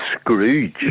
Scrooge